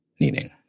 needing